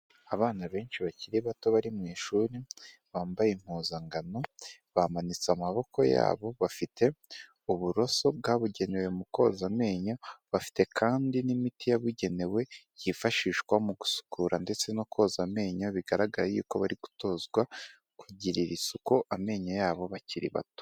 Abana benshi bakiri bato bari mu ishuri, bambaye impuzangano, bamanitse amaboko yabo, bafite uburoso bwabugenewe mu koza amenyo, bafite kandi n'imiti yabugenewe yifashishwa mu gusukura ndetse no koza amenyo, bigaragara yuko ko bari gutozwa kugirira isuku amenyo yabo bakiri bato.